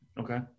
Okay